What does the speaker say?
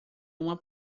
uma